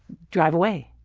drive away.